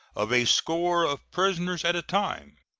of a score of prisoners at a time,